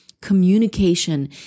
communication